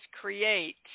create